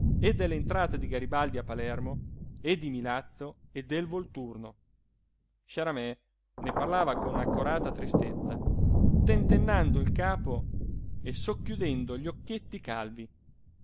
e dell'entrata di garibaldi a palermo e di milazzo e del volturno sciaramè ne parlava con accorata tristezza tentennando il capo e socchiudendo gli occhietti calvi